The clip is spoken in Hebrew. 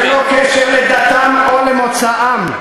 ללא קשר לדתם או למוצאם.